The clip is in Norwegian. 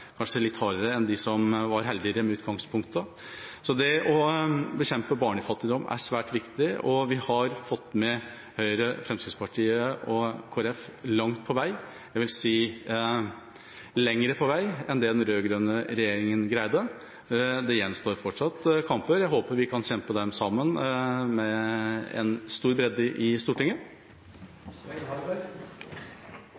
kanskje litt hardere enn dem som var heldigere med utgangspunktet. Det å bekjempe barnefattigdom er svært viktig. Vi har fått med Høyre, Fremskrittspartiet og Kristelig Folkeparti langt på vei – jeg vil si lenger på vei enn det den rød-grønne regjeringa greide. Det gjenstår fortsatt kamper. Jeg håper vi kan kjempe dem sammen, med stor bredde i Stortinget.